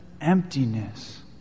emptiness